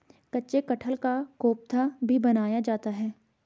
कच्चे कटहल का कोफ्ता भी बनाया जाता है